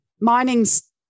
Mining's